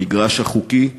במגרש החוקי,